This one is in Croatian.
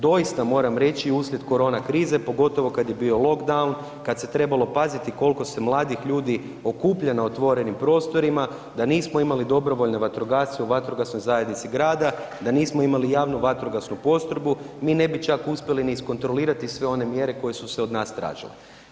Doista moram reći uslijed korona krize pogotovo kad je bio lockdown kad se trebalo paziti koliko se mladih ljudi okuplja na otvorenim prostorima da nismo imali dobrovoljne vatrogasce u vatrogasnoj zajednici grada, da nismo imali javnu vatrogasnu postrojbu mi ne bi čak uspjeli ni iskontrolirati sve one mjere koje su se od nas tražile.